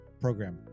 program